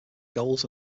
goals